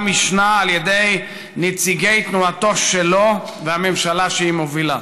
משנה על ידי נציגי תנועתו שלו והממשלה שהיא מובילה.